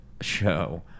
show